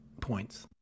points